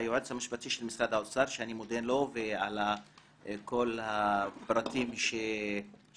שהיועץ המשפטי של משרד האוצר שאני מודה לו על כל הפרטים שהציג